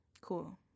Cool